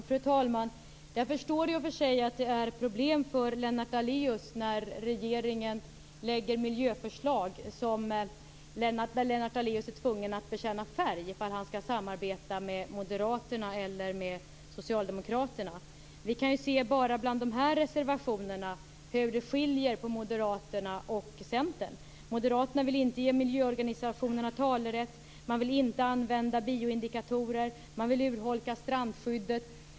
Fru talman! Jag förstår i och för sig att det innebär problem för Lennart Daléus när regeringen lägger fram miljöförslag och Lennart Daléus är tvungen att bekänna färg ifall han skall samarbeta med Moderaterna eller med Socialdemokraterna. Vi kan se bara av de reservationer som har fogats till det här betänkandet hur det skiljer sig åt mellan Moderaterna och Moderaterna vill inte ge miljöorganisationerna talerätt, de vill inte använda bioindikatorer och de vill urholka strandskyddet.